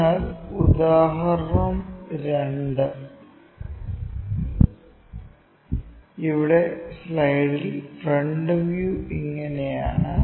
അതിനാൽ ഉദാഹരണം 2 ഇവിടെ സ്ലൈഡിൽ ഫ്രണ്ട് വ്യൂ ഇങ്ങനെയാണ്